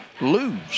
lose